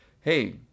hey